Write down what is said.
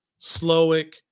Slowick